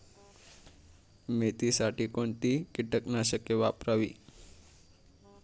मेथीसाठी कोणती कीटकनाशके वापरावी?